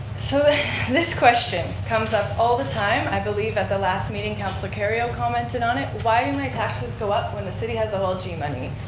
so this question comes up all the time. i believe at the last meeting, councilor kerrio commented on it. why did my taxes go up when the city has olg money?